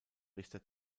richter